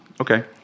Okay